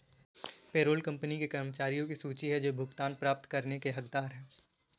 payroll company के कर्मचारियों की सूची है जो भुगतान प्राप्त करने के हकदार हैं